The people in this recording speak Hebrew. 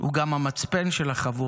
הוא גם המצפן של החבורה.